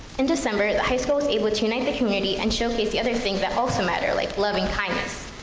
in december, the high school was able to unite the community and showcase the other thing that also matter, like love and kindness.